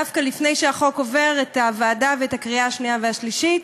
דווקא לפני שהחוק עובר את הוועדה וקריאה שנייה ושלישית.